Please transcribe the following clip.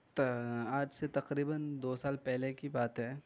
تا آج سے تقریباً دو سال پہلے کی بات ہے